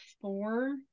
four